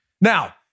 Now